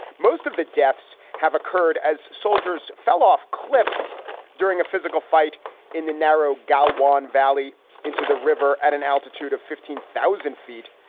most of the deaths have occurred as soldiers fell off cliffs during a physical fight in the narrow gao juan valley into the river at an altitude of fifteen thousand feet.